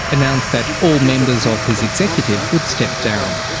announced that all members of his executive would step down.